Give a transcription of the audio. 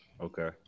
Okay